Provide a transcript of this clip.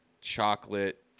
chocolate